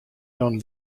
dan